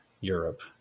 Europe